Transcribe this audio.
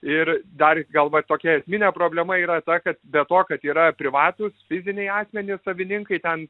ir dar gal vat tokia esminė problema yra ta kad be to kad yra privatūs fiziniai asmenys savininkai ten